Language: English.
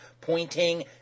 pointing